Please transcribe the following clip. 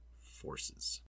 forces